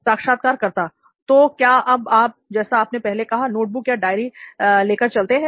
साक्षात्कारकर्ता तो क्या अब आप जैसा आपने पहले कहा नोट बुक या डायरी लेकर चलते हैं